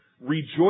Rejoice